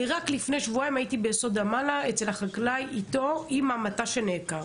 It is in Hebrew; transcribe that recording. רק לפני שבועיים הייתי ביסוד המעלה אצל החקלאי עם המטע שלו שנעקר.